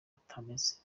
batameze